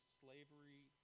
slavery